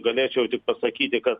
galėčiau tik pasakyti kad